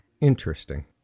Interesting